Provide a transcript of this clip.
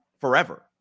forever